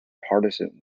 partisan